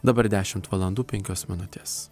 dabar dešimt valandų penkios minutės